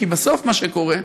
כי בסוף מה שקורה,